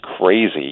crazy